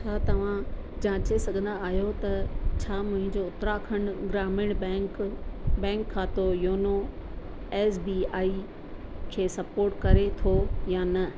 छा तव्हां जाचे सघंदा आहियो त छा मुंहिंजो उत्तराखंड ग्रामीण बैंक बैंक खातो योनो एस बी आई खे स्पोर्ट करे थो या न